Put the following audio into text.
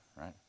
Right